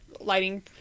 lighting